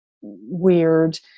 weird